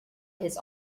his